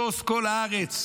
משוש כל הארץ,